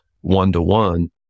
one-to-one